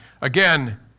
again